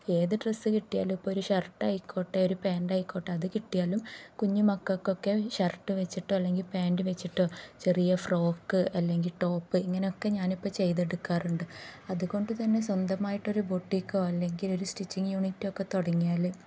ഏത് ഡ്രസ്സ് കിട്ടിയാലും ഇപ്പോള് ഒരു ഷർട്ടായിക്കോട്ടെ ഒരു പാന്റായിക്കോട്ടെ അതു കിട്ടിയാലും കുഞ്ഞു മക്കള്ക്കൊക്കെ ഷർട്ട് വച്ചിട്ടോ അല്ലെങ്കില് പാന്റ് വച്ചിട്ടോ ചെറിയ ഫ്രോക്ക് അല്ലെങ്കില് ടോപ്പ് ഇങ്ങനെയൊക്കെ ഞാനിപ്പോള് ചെയ്തെടുക്കാറുണ്ട് അതുകൊണ്ടുതന്നെ സ്വന്തമായിട്ടൊരു ബൊട്ടിക്കോ അല്ലെങ്കിൽ ഒരു സ്റ്റിച്ചിങ്ങ് യൂണിറ്റോ ഒക്കെ തുടങ്ങിയാല്